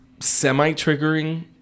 semi-triggering